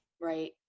Right